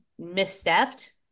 misstepped